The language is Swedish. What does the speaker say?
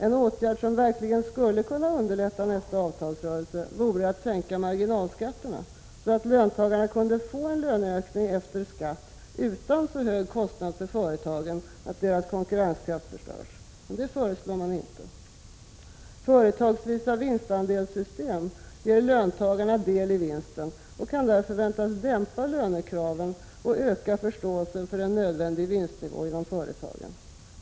En åtgärd som verkligen skulle kunna underlätta nästa avtalsrörelse vore att sänka marginalskatterna så att löntagarna kunde få en löneökning efter skatt utan så hög kostnad för företagen att dessas konkurrenskraft minskar. Men det föreslår man inte. - Företagsvisa vinstandelssystem ger löntagarna del i vinsten och kan därför väntas dämpa lönekraven och öka förståelsen för den nödvändiga vinstnivån inom näringslivet.